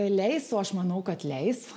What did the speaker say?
leis o aš manau kad leis